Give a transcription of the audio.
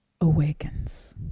awakens